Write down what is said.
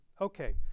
Okay